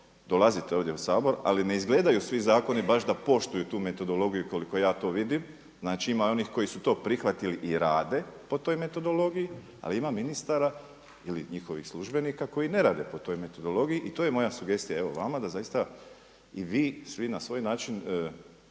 dolaziti ovdje u Sabor ali ne izgledaju svi zakoni baš da poštuju tu metodologiju koliko ja to vidim, znači ima onih koji su to prihvatili i rade po toj metodologiji ali ima ministara ili njihovih službenika koji ne rade po toj metodologiji. I to je moja sugestija evo vama da zaista i vi svi na svoj način